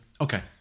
Okay